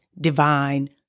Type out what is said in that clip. divine